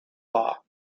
law